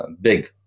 big